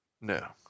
No